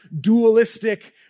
dualistic